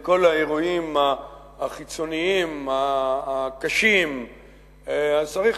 עם כל האירועים החיצוניים הקשים צריך